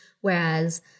Whereas